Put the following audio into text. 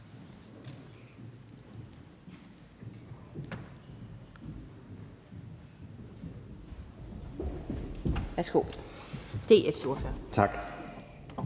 Værsgo